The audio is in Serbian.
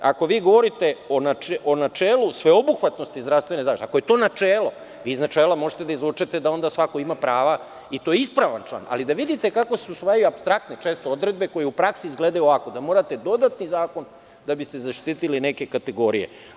Ako vi govorite o načelu sveobuhvatnosti zdravstvene zaštite, ako je to načelo, iz načela možete da izvučete da onda svako ima prava, i to je ispravan član, ali da vidite kako se usvajaju često apstraktne odredbe koje u praksi izgledaju ovako, da morate dodatni zakon da biste zaštitili neke kategorije.